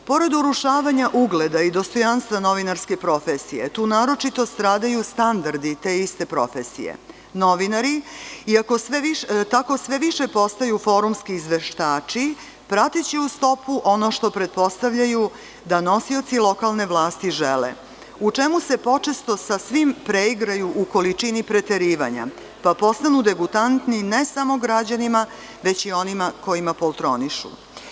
Pored urušava ugleda i dostojanstva novinarske profesije, tu naročito stradaju standardi te iste profesije, novinari i tako sve više postaju forumski izveštači prateći u stopu ono što pretpostavljaju da nosioci lokalne vlasti žele, u čemu se počesto sa svim preigraju u količini preterivanja, pa postaju degutantni ne samo građanima, već i onima kojima poltronišu.